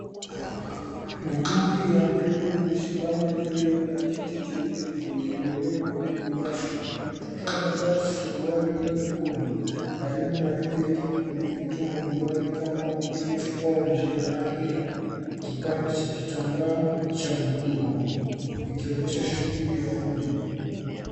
Miguu ya mtoto imesimama juu ya blanketi jeupe lililowekwa kwenye nyasi. Mtoto amevaa suruali nyekundu. Karibu na miguu yake kuna vitu mbalimbali kama vile sponge za rangi na kipande cha kitambaa cha buluu ikionyesha shunguli za nje.